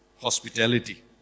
hospitality